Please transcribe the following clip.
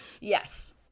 Yes